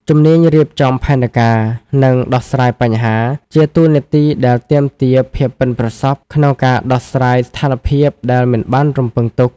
ជំនាញរៀបចំផែនការ និងដោះស្រាយបញ្ហា ជាតួនាទីដែលទាមទារភាពប៉ិនប្រសប់ក្នុងការដោះស្រាយស្ថានភាពដែលមិនបានរំពឹងទុក។